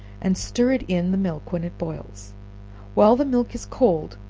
and stir it in the milk when it boils while the milk is cold,